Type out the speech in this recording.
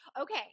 Okay